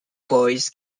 boise